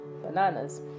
bananas